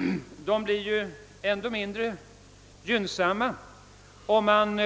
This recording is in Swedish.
Dessa siffror blir än mindre gynnsamma, om man